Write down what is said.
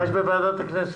מה יש בוועדת הכנסת?